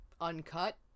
uncut